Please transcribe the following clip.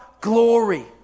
glory